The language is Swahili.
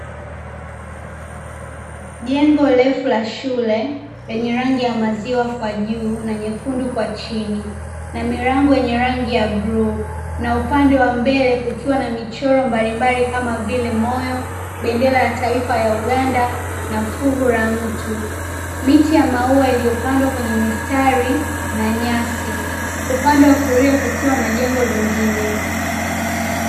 Jengo refu la shule, lenye rangi ya maziwa kwa juu na nyekundu kwa chini na milango yenye rangi ya bluu, na upande wa mbele kukiwa na michoro mbalimbali, kama vile; moyo, bendera ya taifa ya Uganda na fuvu la mtu. Miti ya maua iliyopandwa kwenye mistari na nyasi. Upande wa kulia kukiwa na jengo lingine.